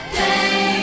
day